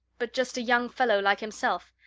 but just a young fellow like himself,